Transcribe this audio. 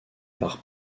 par